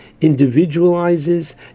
individualizes